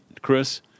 Chris